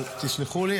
תסלחו לי,